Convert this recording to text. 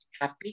happy